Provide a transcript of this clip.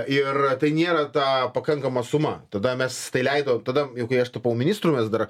ir tai nėra ta pakankama suma tada mes tai leido tada kai aš tapau ministru mes dar